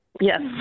Yes